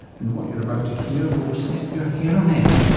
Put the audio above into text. and what you're about to hear will set your hair on end.